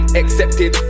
accepted